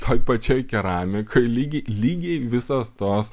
toj pačioj keramikoj lygiai lygiai visos tos